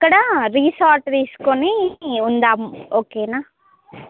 అక్కడా రీసార్ట్ తీసుకుని ఉందాము ఒకేనా